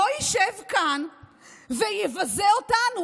לא ישב כאן ויבזה אותנו.